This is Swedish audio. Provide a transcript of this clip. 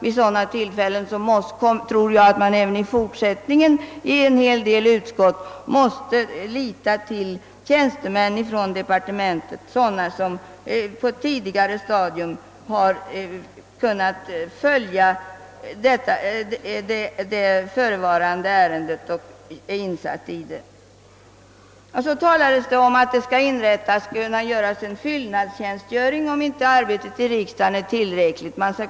Vid sådana tillfällen tror jag att en hel del utskott även i fortsättningen måste lita till tjänstemän i departementet, sådana som på ett tidigare stadium har kunnat följa det förevarande ärendet och är insatta i sakförhållandena. Vidare talas det om möjligheterna att ordna fyllnadstjänstgöring, om inte arbetet i riksdagen blir av tillräcklig omfattning.